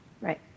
Right